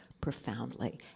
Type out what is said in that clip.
profoundly